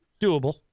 doable